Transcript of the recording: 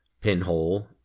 pinhole